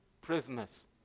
prisoners